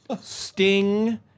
Sting